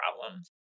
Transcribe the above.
problems